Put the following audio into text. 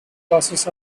losses